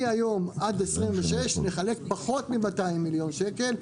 מהיום עד 26' לחלק פחות מ-200 מיליון שקל,